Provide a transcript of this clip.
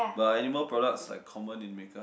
but are animal products like common in makeup